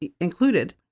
included